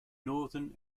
northern